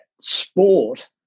sport